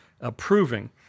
approving